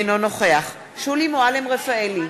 אינו נוכח שולי מועלם-רפאלי,